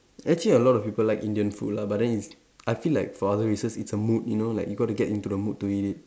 actually a lot of people like Indian food lah but then it's I feel like for other races it's a mood you know like you got to get into the mood to eat it